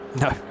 No